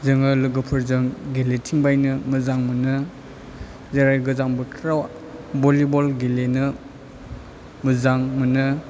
जोङो लोगोफोरजों गेलेथिंबायनो मोजां मोनो जेरै गोजां बोथोराव भलिबल गेलेनो मोजां मोनो